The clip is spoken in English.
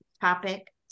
topic